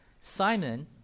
Simon